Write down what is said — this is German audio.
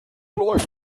läuft